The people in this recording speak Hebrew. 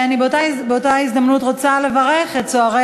באותה הזדמנות אני רוצה לברך את צוערי